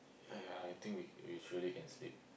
ya ya I think we we truly can sleep